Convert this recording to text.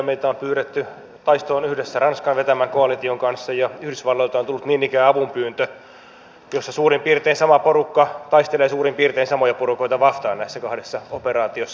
meitä on pyydetty taistoon yhdessä ranskan vetämän koalition kanssa ja yhdysvalloilta on tullut niin ikään avunpyyntö ja suurin piirtein sama porukka taistelee suurin piirtein samoja porukoita vastaan näissä kahdessa operaatiossa